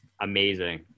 amazing